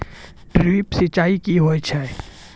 Drip सिंचाई कि होय छै?